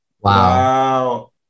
wow